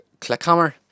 Clickhammer